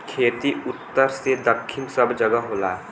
खेती उत्तर से दक्खिन सब जगह होला